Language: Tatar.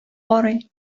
карый